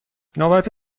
نوبت